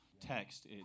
text